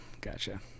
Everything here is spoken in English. gotcha